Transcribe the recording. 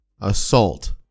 assault